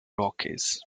rockies